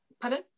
Pardon